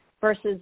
versus